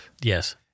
Yes